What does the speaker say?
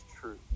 true